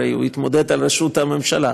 הרי הוא יתמודד על ראשות הממשלה,